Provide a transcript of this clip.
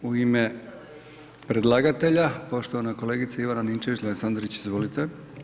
U ime predlagatelja, poštovana kolegica Ivana Ninčević Lesandrić, izvolite.